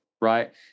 right